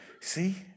See